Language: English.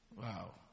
Wow